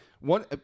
one